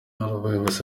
abayobozi